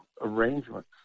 arrangements